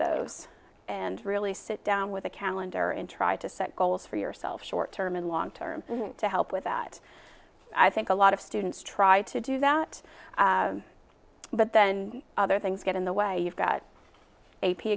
those and really sit down with the calendar and try to set goals for yourself short term and long term to help with that it i think a lot of students try to do that but then other things get in the way you've got a